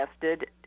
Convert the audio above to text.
tested